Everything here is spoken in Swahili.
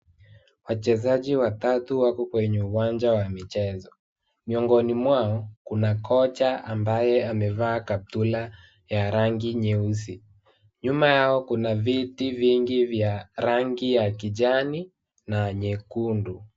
Wachezaji watatu wako kwenye uwanja wa michezo, miongoni mwao kuna kocha ambaye amevaa kaptura ya rangi nyeusi, nyuma yao kuna viti vingi vya rangi ya kijani na nyekundu .